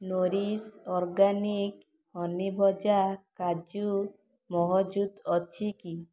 Nourish organic honey ଭଜା କାଜୁ ମହଜୁଦ୍ ଅଛି କି